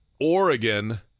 Oregon